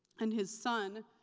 and his son,